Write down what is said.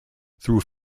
through